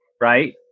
Right